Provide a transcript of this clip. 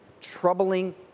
troubling